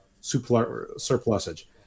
surplusage